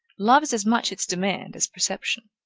love is as much its demand, as perception.